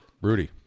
Rudy